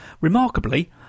remarkably